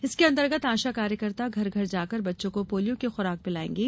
इसके अंतर्गत आशा कार्यकर्ता घर घर जाकर बच्चों को पोलिया की खुराक पिलाएंगी